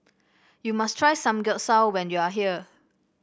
you must try Samgyeopsal when you are here